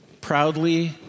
proudly